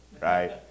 right